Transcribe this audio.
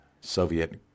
Soviet